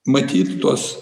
matyt tuos